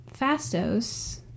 Fastos